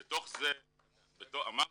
אמרתי,